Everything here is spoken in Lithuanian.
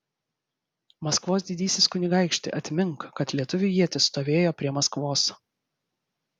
maskvos didysis kunigaikšti atmink kad lietuvių ietis stovėjo prie maskvos